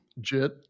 Jit